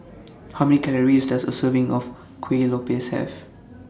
How Many Calories Does A Serving of Kuih Lopes Have